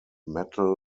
metal